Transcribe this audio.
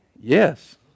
Yes